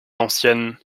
l’ancienne